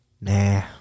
nah